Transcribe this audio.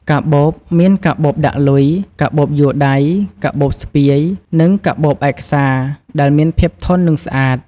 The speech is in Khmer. កាបូប មានកាបូបដាក់លុយ កាបូបយួរដៃ កាបូបស្ពាយ និងកាបូបឯកសារ ដែលមានភាពធន់ និងស្អាត។